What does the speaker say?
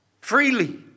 freely